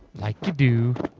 like you do.